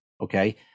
okay